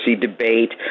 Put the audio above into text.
debate